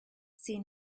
see